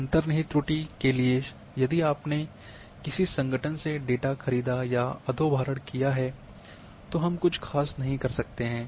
अंतर्निहित त्रुटि के लिए यदि आपने किसी संगठन से डेटा खरीदा या अधोभारण किया है तो हम कुछ ख़ास नहीं कर सकते हैं